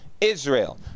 Israel